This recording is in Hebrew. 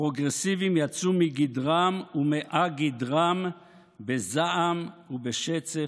הפרוגרסיבים יצאו מגדרם ומא-גדרם בזעם ובשצף-קצף: